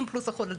90% פלוס לדעתי.